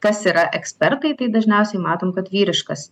kas yra ekspertai tai dažniausiai matom kad vyriškas